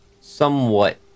somewhat